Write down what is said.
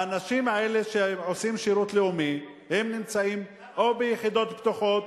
האנשים האלה שעושים שירות לאומי נמצאים או ביחידות פתוחות,